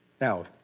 Now